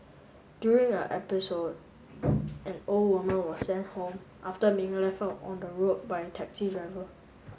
during a episode an old woman were sent home after being left out on the road by a taxi driver